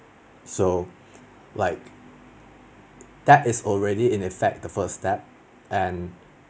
so like that is already in effect the first step and